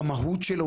במהות שלו,